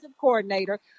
coordinator